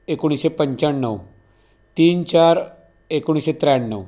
एकोणिसशे पंच्याण्णव तीन चार एकोणिसशे त्र्याण्णव